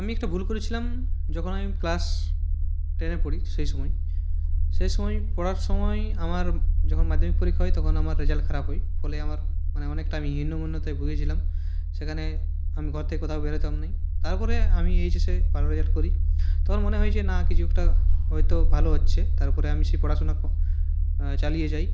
আমি একটা ভুল করেছিলাম যখন আমি ক্লাস টেনে পড়ি সেই সময়ে সেই সময় পড়ার সময় আমার যখন মাধ্যমিক পরীক্ষা হয় তখন আমার রেজাল্ট খারাপ হয় ফলে আমার মানে অনেকটাই আমি হিনমন্যতায় ভুগেছিলাম সেখানে আমি ঘর থেকে কোথাও বেরোতাম না তারপরে আমি এইচএসে ভালো রেজাল্ট করি তখন মনে হয় যে না কিছু একটা হয়তো ভালো হচ্ছে তারপরে আমি সেই পড়াশোনা চালিয়ে যাই